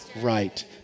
right